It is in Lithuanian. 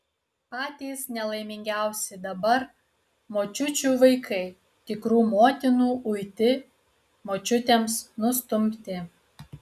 patys nelaimingiausi dabar močiučių vaikai tikrų motinų uiti močiutėms nustumti